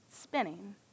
spinning